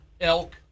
Elk